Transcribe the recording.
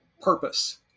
purpose